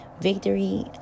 victory